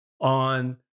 on